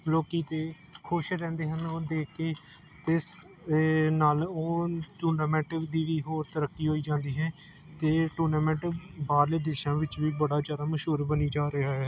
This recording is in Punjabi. ਲੋਕ ਤਾਂ ਖੁਸ਼ ਰਹਿੰਦੇ ਹਨ ਉਹ ਦੇਖ ਕੇ ਅਤੇ ਨਾਲ ਉਹ ਟੂਰਨਾਮੈਂਟ ਦੀ ਵੀ ਹੋਰ ਤਰੱਕੀ ਹੋਈ ਜਾਂਦੀ ਹੈ ਅਤੇ ਟੂਰਨਾਮੈਂਟ ਬਾਹਰਲੇ ਦੇਸ਼ਾ ਵਿੱਚ ਵੀ ਬੜਾ ਜ਼ਿਆਦਾ ਮਸ਼ਹੂਰ ਬਣੀ ਜਾ ਰਿਹਾ ਹੈ